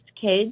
kids